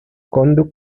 conduct